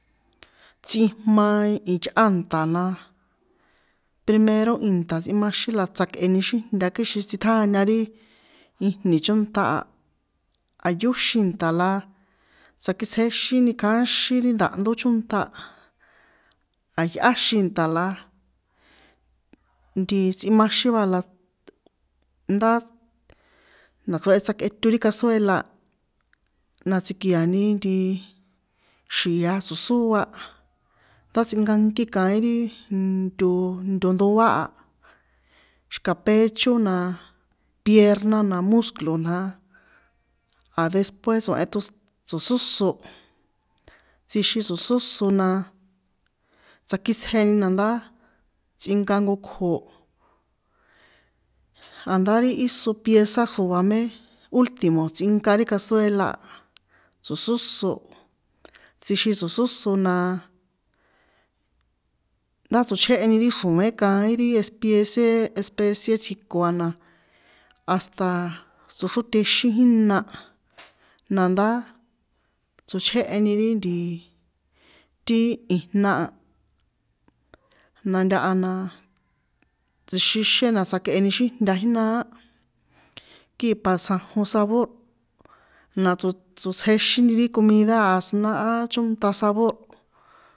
Tsꞌijma iyꞌá nṭa̱ na, primero ìnta̱ tsꞌijmaxín na tsjakꞌeni xíjnta kixin tsꞌiṭjáña ri ijnì chónṭa a, a̱ yóxin nṭa̱ la tsakitsjexíni kaíxin ri nda̱ hndó chónṭa, a̱ yꞌáxin nṭa̱ la nti tsꞌijmaxín va la, ndá nachrehe tsjakꞌeto ri casuela, na tsi̱ki̱ani nti, xi̱a tso̱xóa, ndá tsꞌinkankí kaín ri into, nto doá a, xi̱ka pecho na, pierna na muslo na, a despues tso̱hen tsot tso̱sóso, tsjixin tso̱sóso na tsakitsjeni na tsꞌinka jnko kjo, a̱ndá ri íso piexa xroa mé ultimo tsꞌinka ri casuela, tso̱sóso, tsixn tso̱sóso na, ndá tsochjéheni ti xro̱én kaín ri espiece especie tsjiko a na hasta tsoxrótexín jina, nandá tsochjéheni ri nti ijna a, na ntaha na, tsjixixién na tsjakꞌeni xíjnta jinaá, kii para tsjanjon sabor, na tsotsjexíni ri comina a sina a chónta sabor.